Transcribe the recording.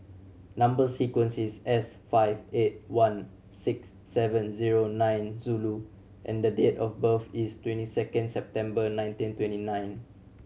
number sequence is S five eight one six seven zero nine zero and the date of birth is twenty second September nineteen twenty nine